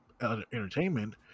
entertainment